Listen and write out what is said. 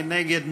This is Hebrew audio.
מי נגד?